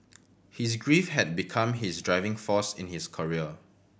his grief had become his driving force in his career